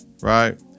Right